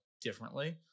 differently